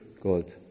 God